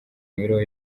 mibereho